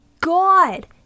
god